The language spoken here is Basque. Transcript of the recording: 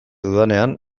dudanean